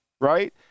Right